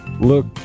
look